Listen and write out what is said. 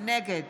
נגד